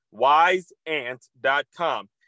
wiseant.com